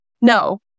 No